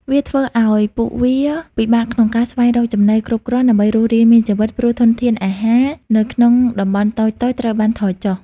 វាធ្វើឲ្យពួកវា ពិបាកក្នុងការស្វែងរកចំណី គ្រប់គ្រាន់ដើម្បីរស់រានមានជីវិត ព្រោះធនធានអាហារនៅក្នុងតំបន់តូចៗត្រូវបានថយចុះ។